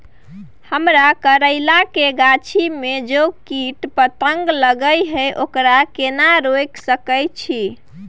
हमरा करैला के गाछी में जै कीट पतंग लगे हैं ओकरा केना रोक सके छी?